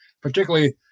particularly